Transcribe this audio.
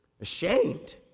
ashamed